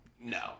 No